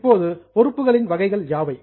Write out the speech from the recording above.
இப்போது பொறுப்புகளின் வகைகள் யாவை